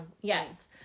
Yes